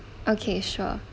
okay sure